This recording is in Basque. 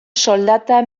soldata